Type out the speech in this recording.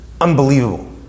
unbelievable